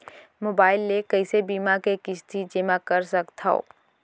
Mobile ले कइसे बीमा के किस्ती जेमा कर सकथव?